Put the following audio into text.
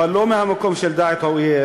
אבל לא מהמקום של דע את האויב,